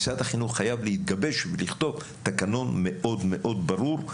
משרד החינוך חייב להתגבש ולכתוב תקנון מאוד מאוד ברור,